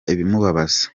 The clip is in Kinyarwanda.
ibimubabaza